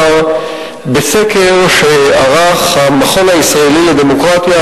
בסקר שערך המכון הישראלי לדמוקרטיה,